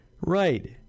right